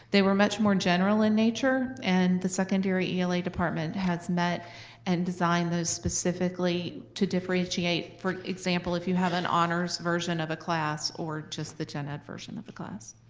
they were much more general in nature, and the secondary ela department has met and designed those specifically to differentiate. for example, if you have an honor's version of a class, or just the gen ed version of the class.